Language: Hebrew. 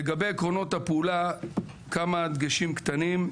לגבי עקרונות הפעולה, כמה דגשים קטנים.